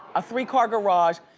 a three-car garage.